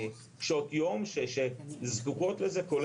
קשות יום שזקוקות לזה.